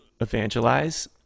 evangelize